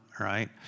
right